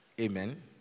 Amen